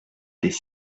des